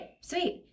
Sweet